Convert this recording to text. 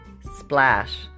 splash